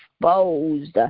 exposed